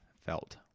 felt